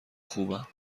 خوبم